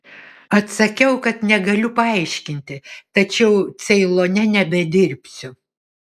atsakiau kad negaliu paaiškinti tačiau ceilone nebedirbsiu